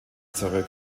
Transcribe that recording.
zurück